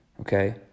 Okay